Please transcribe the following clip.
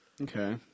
Okay